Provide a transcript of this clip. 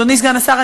אדוני סגן השר,